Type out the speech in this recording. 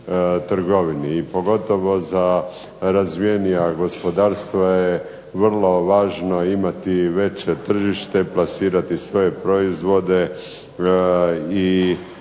I pogotovo za razvijenija gospodarstva je vrlo važno imati veće tržište, plasirati svoje proizvode i